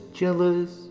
jealous